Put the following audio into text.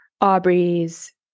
Aubrey's